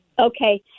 Okay